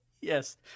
Yes